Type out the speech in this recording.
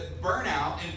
Burnout